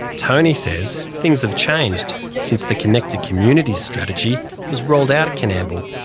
tony says things have changed since the connected communities strategy was rolled out at coonamble,